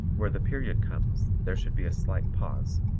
where the period comes there should be a slight pause.